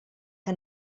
que